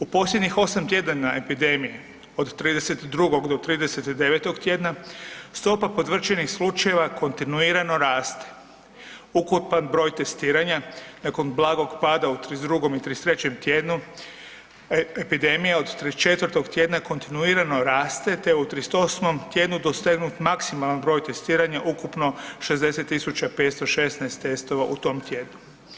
U posljednjih osam tjedana epidemije od 32. do 39. tjedna stopa potvrđenih slučajeva kontinuirano raste, ukupan broj testiranja nakon blagog pada u 32. i 33. tjednu epidemije od 34. tjedna kontinuirano raste te u 38. tjednu dosegnut je maksimalan broj testiranja ukupno 60.516 testova u tom tjednu.